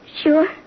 Sure